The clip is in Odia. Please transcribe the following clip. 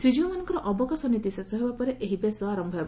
ଶ୍ରୀକୀଉମାନଙ୍କର ଅବକାଶ ନୀତି ଶେଷ ହେବା ପରେ ଏହି ବେଶ୍ ଆର ହେବ